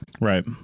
Right